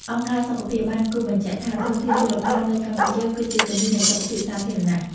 អង្គការសុខភាព បានគូសបញ្ជាក់ថា ធនធានជលផលនៅកម្ពុជាគឺជាគន្លឹះនៃសុខភាពសាធារណៈ។